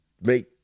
make